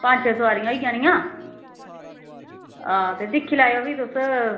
पंज छे सोआरियां होई जानियां हां ते दिक्खी लैयो फ्ही तुस